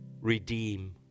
redeem